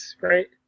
right